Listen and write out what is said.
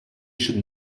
should